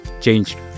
changed